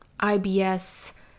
IBS